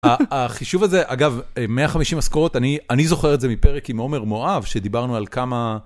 החישוב הזה, אגב, 150 משכורות, אני זוכר את זה מפרק עם עומר מואב שדיברנו על כמה...